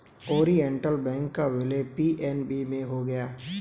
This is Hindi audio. ओरिएण्टल बैंक का विलय पी.एन.बी में हो गया है